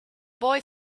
boy